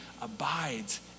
abides